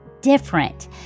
different